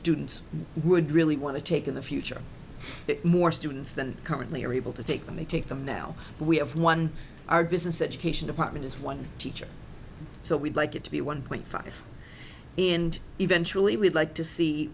students would really want to take in the future more students than currently are able to take them they take them now we have one our business education department is one teacher so we'd like it to be one point five and eventually we'd like to see